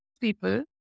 People